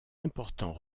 important